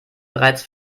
bereits